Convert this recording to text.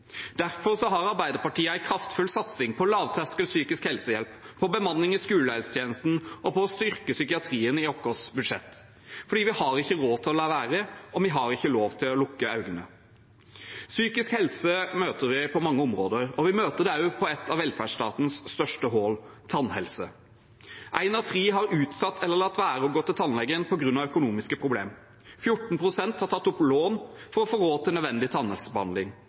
har Arbeiderpartiet en kraftfull satsing på lavterskel psykisk helsehjelp, på bemanning i skolehelsetjenesten, og på å styrke psykiatrien i vårt budsjett, fordi vi har ikke råd til å la være, og vi har ikke lov til å lukke øynene. Psykisk helse møter vi på mange områder, og vi møter det også på et av velferdsstatens største hull – tannhelse. En av tre har utsatt eller latt være å gå til tannlegen på grunn av økonomiske problemer. 14 pst. har tatt opp lån for å få råd til nødvendig